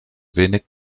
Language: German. wenig